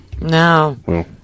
No